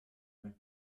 plait